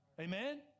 amen